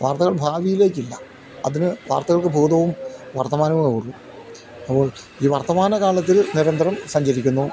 വാർത്തകൾ ഭാവിയിലേക്കില്ല അതിന് വാർത്തകൾക്ക് ബോധവും വർത്തമാനവുമേ ഉള്ളൂ അപ്പോൾ ഈ വർത്തമാന കാലത്തിൽ നിരന്തരം സഞ്ചരിക്കുന്നു